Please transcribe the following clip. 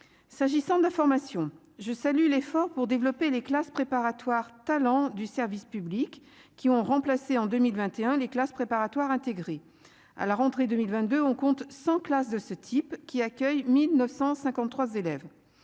s'agissant de formation, je salue l'effort pour développer les classes préparatoires talent du service public qui ont remplacé en 2021, les classes préparatoires intégrées à la rentrée 2022, on compte 100 classes de ce type, qui accueille 1953 élèves